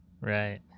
Right